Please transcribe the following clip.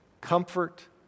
comfort